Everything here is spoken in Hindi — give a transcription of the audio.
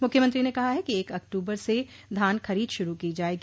मुख्यमंत्री ने कहा है कि एक अक्टूबर से धान खरीद शुरू की जायेगी